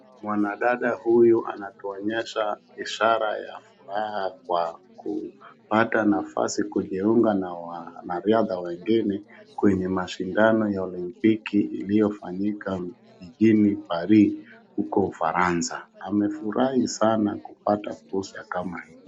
Mwanadada huyu anatuonyesha ishara ya furaha kwa kupata nafasi kujiunga na wanariadha wengine kwenye mashindano ya olimpiki iliyofanyika jijini Barraia huko Ufaransa. Amefurahi sana kupata fursa kama hii.